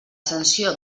sanció